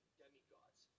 demigods